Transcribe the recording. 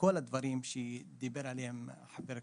וכל הדברים שדיבר עליהם חבר הכנסת,